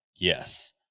Yes